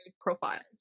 Profiles